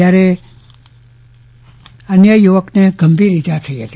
જયારે અન્ય યુવકને ગંભીર ઈજા થઈ ફતી